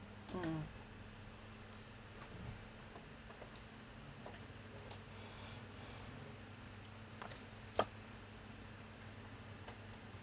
mm